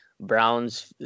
Browns